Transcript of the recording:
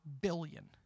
billion